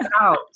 out